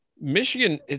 Michigan